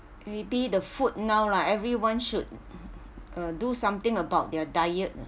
maybe the food now lah everyone should uh do something about their diet